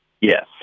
Yes